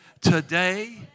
today